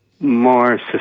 more